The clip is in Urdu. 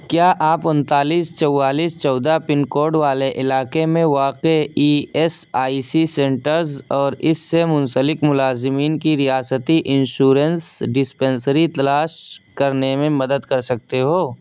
کیا آپ انتالیس چوالیس چودہ پن کوڈ والے علاقے میں واقع E S I C centres اور اس سے منسلک ملازمین کی ریاستی انشورنس ڈسپنسری تلاش کرنے میں مدد کر سکتے ہو